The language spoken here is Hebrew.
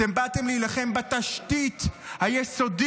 אתם באתם להילחם בתשתית היסודית,